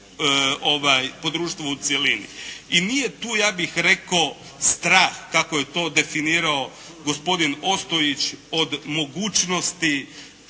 po društvu u cjelini. I nije tu ja bih rekao strah kako je to definirao gospodin Ostojić od mogućnosti